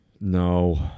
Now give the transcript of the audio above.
No